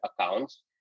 accounts